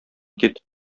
кит